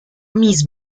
miss